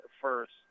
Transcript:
first